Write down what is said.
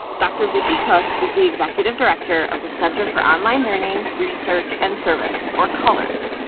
dr. vickie cook is the executive director of the center for online learning research and service or colrs.